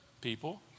People